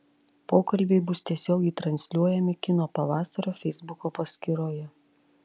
pokalbiai bus tiesiogiai transliuojami kino pavasario feisbuko paskyroje